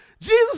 Jesus